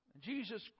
Jesus